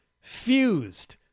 fused